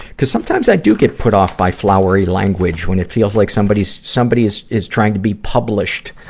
cuz sometimes i do get put off by flowery language when it feels like somebody's, somebody is, is trying to be published,